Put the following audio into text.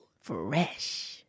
Fresh